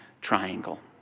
triangle